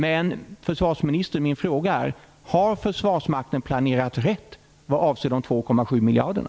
Men min fråga till försvarsministern är: Har Försvarsmakten planerat rätt vad avser de 2,7 miljarderna?